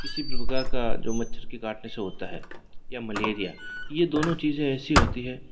किसी भी प्रकार का जो मच्छर की काटने से होता है या मलेरिया ये दोनों चीज़ें ऐसी होती है